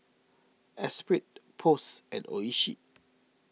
Espirit Post and Oishi